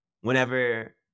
Whenever